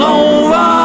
over